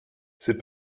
c’est